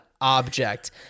object